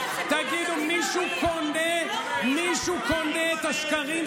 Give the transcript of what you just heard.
וחברת כנסת מיש עתיד לאן תביאו את החרפה?